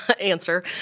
answer